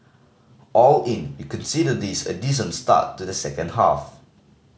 all in we consider this a decent start to the second half